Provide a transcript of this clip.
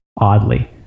oddly